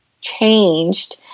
changed